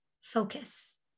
focus